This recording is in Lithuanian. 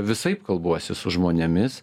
visaip kalbuosi su žmonėmis